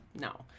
no